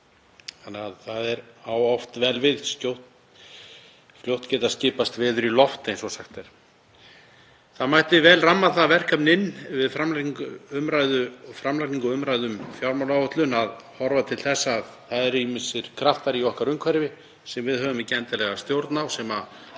þannig að það á oft vel við að skjótt skipast veður í lofti, eins og sagt er. Það mætti vel ramma það verkefni inn við framlagningu og umræðu um fjármálaáætlun að horfa til þess að það eru ýmsir kraftar í okkar umhverfi sem við höfum ekki endilega stjórn á sem